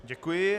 Děkuji.